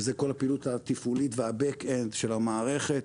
שזה כל הפעילות התפעולית וה- back endשל המערכת,